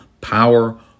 power